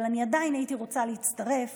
אבל אני עדיין הייתי רוצה להצטרף